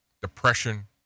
depression